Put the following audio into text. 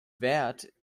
währt